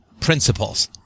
principles